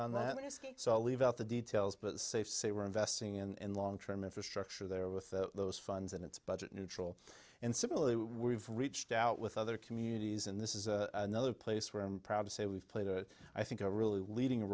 on that so i'll leave out the details but safe say we're investing in long term infrastructure there with those funds and it's budget neutral and similarly we've reached out with other communities and this is a nother place where i'm proud to say we've played a i think a really leading